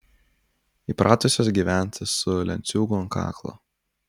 įpratusios gyventi su lenciūgu ant kaklo